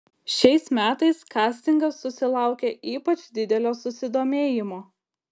šiais metais kastingas susilaukė ypač didelio susidomėjimo